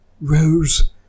Rose